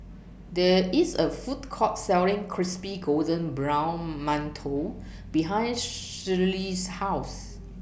There IS A Food Court Selling Crispy Golden Brown mantou behind Shirlee's House